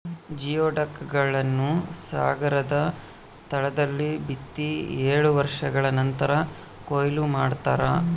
geoduck ಗಳನ್ನು ಸಾಗರದ ತಳದಲ್ಲಿ ಬಿತ್ತಿ ಏಳು ವರ್ಷಗಳ ನಂತರ ಕೂಯ್ಲು ಮಾಡ್ತಾರ